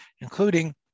including